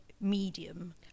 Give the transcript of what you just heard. medium